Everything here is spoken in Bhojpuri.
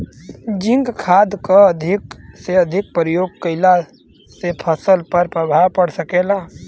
जिंक खाद क अधिक से अधिक प्रयोग कइला से फसल पर का प्रभाव पड़ सकेला?